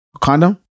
Condom